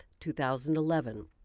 2011